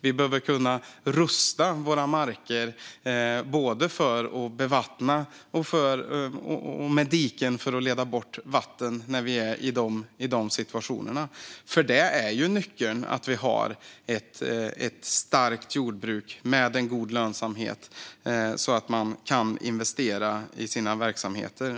Vi behöver kunna rusta våra marker både för att bevattna och med diken för att leda bort vatten när vi är i de situationerna. Nyckeln är ju att vi har ett starkt jordbruk med god lönsamhet så att man kan investera i sin verksamhet.